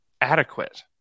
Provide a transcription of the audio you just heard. adequate